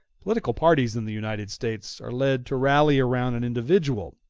political parties in the united states are led to rally round an individual,